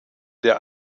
der